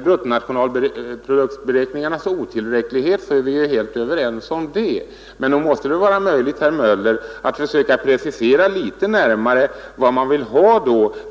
Bruttonationalproduktberäkningarnas otillräcklighet är vi helt överens om, men nog måste det vara möjligt, herr Möller, att försöka precisera litet närmare vad man vill ha